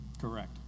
Correct